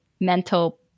mental